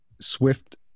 Swift